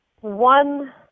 One